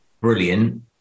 Brilliant